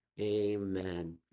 amen